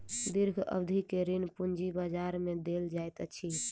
दीर्घ अवधि के ऋण पूंजी बजार में देल जाइत अछि